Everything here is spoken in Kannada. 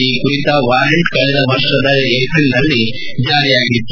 ಈ ಕುರಿತ ವಾರಂಟ್ ಕಳೆದ ವರ್ಷದ ಏಪ್ರಿಲ್ನಲ್ಲಿ ಜಾರಿಯಾಗಿತ್ತು